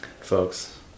folks